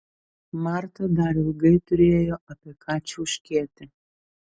marta dar ilgai turėjo apie ką čiauškėti